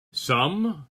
some